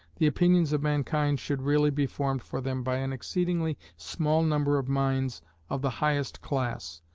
the opinions of mankind should really be formed for them by an exceedingly small number of minds of the highest class,